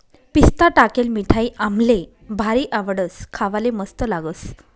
पिस्ता टाकेल मिठाई आम्हले भारी आवडस, खावाले मस्त लागस